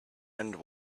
end